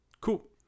Cool